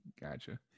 Gotcha